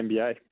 NBA